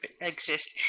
exist